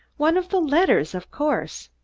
one of the letters, of course!